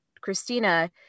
Christina